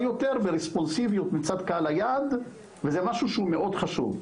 יותר ורספונסיביות מצד קהל היעד וזה משהו שהוא מאוד חשוב.